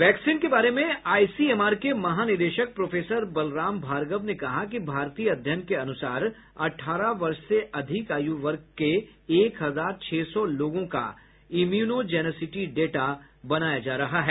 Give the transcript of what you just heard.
vaccine के बारे में आईसीएमआर के महानिदेशक प्रोफेसर बलराम भार्गव ने कहा कि भारतीय अध्ययन के अनुसार अठारह वर्ष से अधिक आयु वर्ग के एक हजार छह सौ लोगों का इम्युनोजेनेसिटी डेटा बनाया जा रहा है